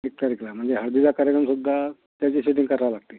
एक तारीखला म्हणजे हळदीचा कार्यक्रम सुद्धा त्याची शुटींग करावं लागतील